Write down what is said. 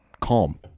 calm